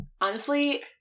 honestly-